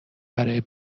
برای